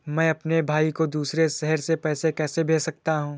मैं अपने भाई को दूसरे शहर से पैसे कैसे भेज सकता हूँ?